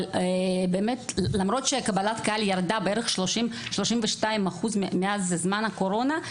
אבל באמת למרות שקבלת הקהל ירדה בערך 32% מאז זמן הקורונה,